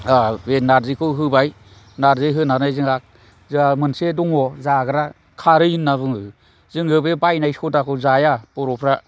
बे नारजिखौ होबाय नारजि होनानै जोंहा जोंहा मोनसे दङ जाग्रा खारै होनना बुङो जोङो बे बायनाय सदाखौ जाया बर'फ्रा